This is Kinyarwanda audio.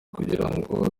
kugirango